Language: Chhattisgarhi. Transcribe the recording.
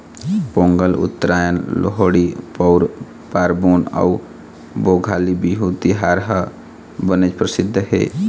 पोंगल, उत्तरायन, लोहड़ी, पउस पारबोन अउ भोगाली बिहू तिहार ह बनेच परसिद्ध हे